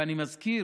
ואני מזכיר: